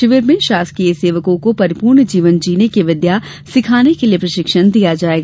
शिविर में शासकीय सेवकों को परिपूर्ण जीवन जीने की विद्या सीखाने के लिये प्रशिक्षण दिया जायेगा